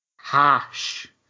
hash